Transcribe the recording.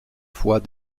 fois